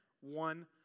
one